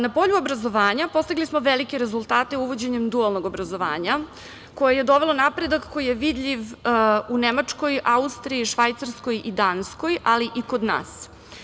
Na polju obrazovanja postigli smo velike rezultate uvođenjem dualnog obrazovanja, koje je dovelo napredak koji je vidljiv u Nemačkoj, Austriji, Švajcarskoj i Danskoj, ali i kod nas.